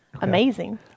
amazing